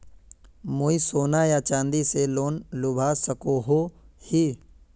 मुई सोना या चाँदी से लोन लुबा सकोहो ही?